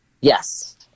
Yes